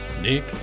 Nick